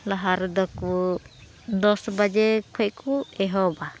ᱞᱟᱦᱟ ᱨᱮᱫᱚ ᱠᱚ ᱫᱚᱥ ᱵᱟᱡᱮ ᱠᱷᱚᱱ ᱠᱚ ᱮᱦᱚᱵᱟ